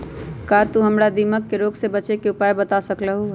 का तू हमरा दीमक के रोग से बचे के उपाय बता सकलु ह?